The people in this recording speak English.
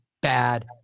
bad